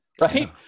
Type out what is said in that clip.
right